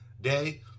day